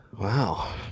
Wow